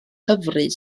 hyfryd